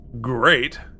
great